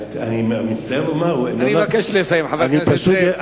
אני מצטער לומר, אני מבקש לסיים, חבר הכנסת זאב.